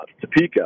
Topeka